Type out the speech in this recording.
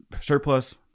surplus